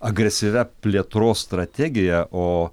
agresyvia plėtros strategija o